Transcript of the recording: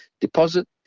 deposit